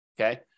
okay